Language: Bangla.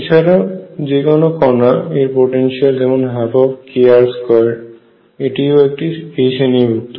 এছাড়াও যে কোন কনা এর পোটেনশিয়াল যেমন 12kr2 এটিও একই শ্রেণীভূক্ত